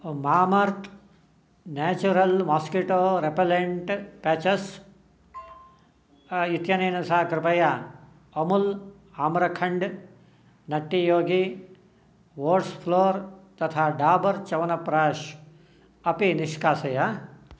Mamaearth natural mosquito repellent patches इत्यनेन सह कृपया Amul Amrakhand Nutty Yogi oats flour तथा डाबर् चवनप्राश् अपि निष्कासय